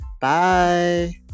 Bye